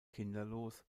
kinderlos